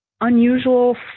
unusual